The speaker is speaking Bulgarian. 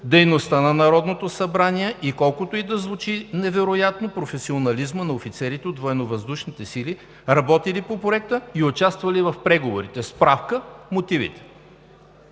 дейността на Народното събрание, и колкото и да звучи невероятно – професионализмът на офицерите от Военновъздушните сили, работили по Проекта и участвали в преговорите. Справка: мотивите.